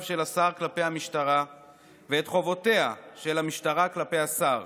של השר כלפי המשטרה ואת חובותיה של המשטרה כלפי השר